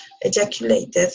ejaculated